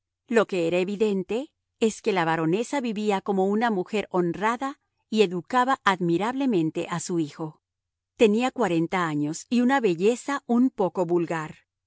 lo que era evidente es que la baronesa vivía como una mujer honrada y educaba admirablemente a su hijo tenía cuarenta años y una belleza un poco vulgar